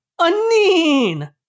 Aneen